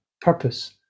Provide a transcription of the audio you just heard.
purpose